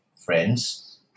friends